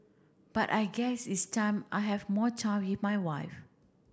but I guess it's time I have more time with my wife